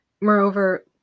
moreover